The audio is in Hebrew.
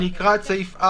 אני אקריא את הסעיף.